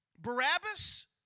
Barabbas